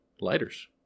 lighters